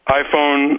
iPhone